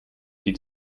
die